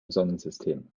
sonnensystem